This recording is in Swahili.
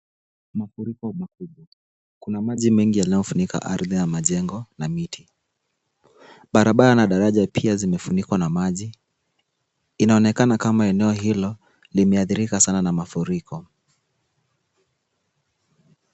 Mafuriko makubwa. Kuna maji mengi yanayofunika ardhi na majengo. Daraja na barabara pia zimefunikwa na maji. Inaonekana kama eneo hilo limeathirika sana na mafuriko.